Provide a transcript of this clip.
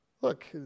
look